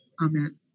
amen